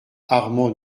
armand